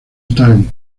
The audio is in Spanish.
bután